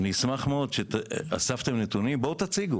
ואני אשמח מאוד: אספתם נתונים בואו ותציגו